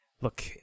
look